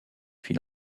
fit